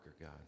God